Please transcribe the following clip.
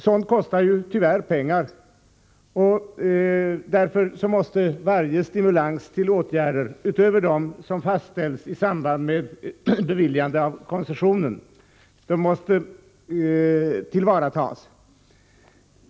Sådant kostar tyvärr pengar, och därför bör varje stimulans till åtgärder utöver dem som fastställs i samband med beviljande av koncession tillvaratas.